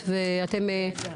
מקבלת.